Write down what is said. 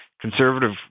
conservative